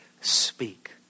speak